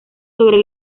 sobre